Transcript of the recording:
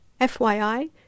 FYI